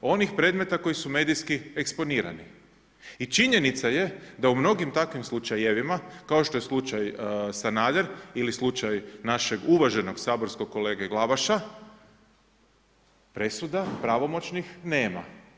Onih predmeta koji su medijski eksponirani i činjenica je da u mnogim takvim slučajevima, kao što je slučaj Sanader, ili slučaj našeg uvaženog saborskog kolege Glavaša, presuda pravomoćnih nema.